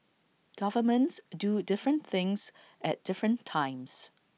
governments do different things at different times